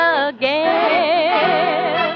again